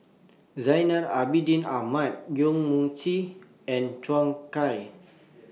Zainal Abidin Ahmad Yong Mun Chee and Zhou Can